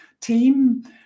team